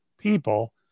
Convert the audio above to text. people